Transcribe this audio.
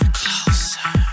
closer